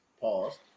Pause